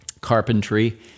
carpentry